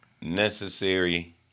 necessary